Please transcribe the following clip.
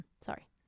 sorry